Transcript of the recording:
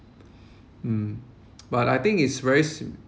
mm but I think it's very s~